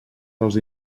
dels